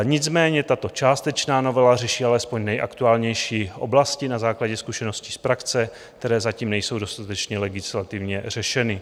Nicméně tato částečná novela řeší alespoň nejaktuálnější oblasti na základě zkušeností z praxe, které zatím nejsou dostatečně legislativně řešeny.